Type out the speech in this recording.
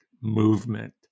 movement